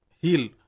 heal